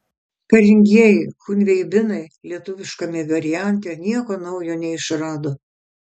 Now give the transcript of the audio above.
karingieji chunveibinai lietuviškame variante nieko naujo neišrado